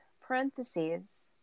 Parentheses